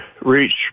reach